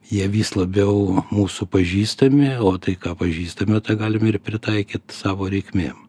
jie vis labiau mūsų pažįstami o tai ką pažįstame tą galime ir pritaikyt savo reikmėm